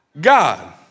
God